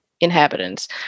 inhabitants